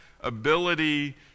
ability